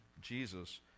Jesus